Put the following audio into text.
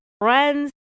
friends